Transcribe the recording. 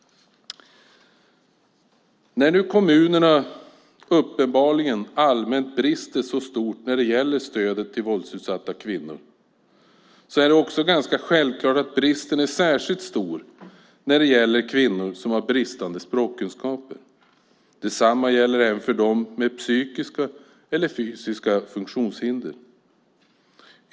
När nu kommunerna uppenbarligen allmänt brister så stort när det gäller stödet till våldsutsatta kvinnor är det ganska självklart att bristen är särskilt stor när det gäller kvinnor som har bristande språkkunskaper. Detsamma gäller dem med psykiska eller fysiska funktionshinder.